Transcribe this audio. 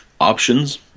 options